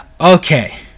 Okay